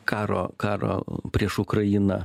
karo karo prieš ukrainą